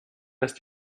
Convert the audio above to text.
ist